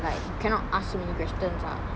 like you cannot ask so many questions ah